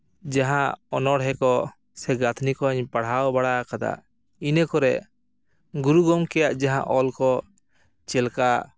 ᱡᱟᱦᱟᱸ ᱚᱱᱚᱲᱦᱮᱸ ᱠᱚ ᱥᱮ ᱜᱟᱛᱷᱱᱤ ᱠᱚᱧ ᱯᱟᱲᱦᱟᱣ ᱵᱟᱲᱟ ᱟᱠᱟᱫᱟ ᱤᱱᱟᱹ ᱠᱚᱨᱮᱫ ᱜᱩᱨᱩ ᱜᱚᱢᱠᱮᱭᱟᱜ ᱡᱟᱦᱟᱸ ᱚᱞ ᱠᱚ ᱪᱮᱫ ᱞᱮᱠᱟ